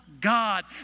God